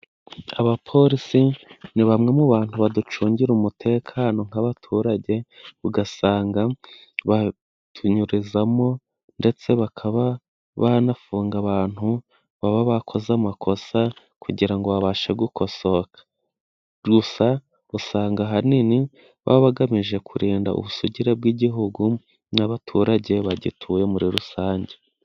Abapolisi ni bamwe mu bantu baducungira umutekano nk'abaturage ugasanga batunyurizamo ndetse bakaba banafunga abantu baba bakoze amakosa kugira ngo babashe gukosoka. Gusa usanga ahanini baba bagamije kurinda ubusugire bw'Igihugu n'abaturage bagituye muri rusange.